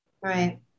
right